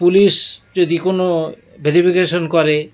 police যদি কোনো verification করে